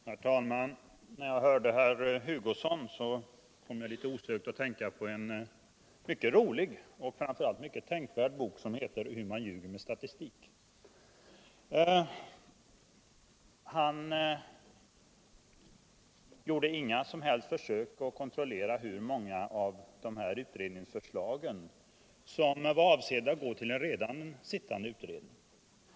Herr talman! När jag hörde herr Hugosson kom jag osökt att tänka på en mycket rolig och framför allt mycket tänkvärd bok som heter Hur man ljuger med statistik. Han gjorde inga som helst försök att kontrollera hur många av dessa utredningsförslag som var avsedda att gå till en annan sittande utredning.